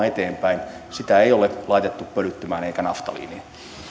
eteenpäin sitä ei ole laitettu pölyttymään eikä naftaliiniin